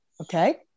Okay